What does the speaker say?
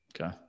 Okay